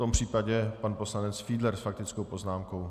V tom případě pan poslanec Fiedler s faktickou poznámkou.